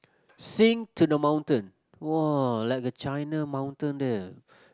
sing to the mountain !wah! like a China mountain there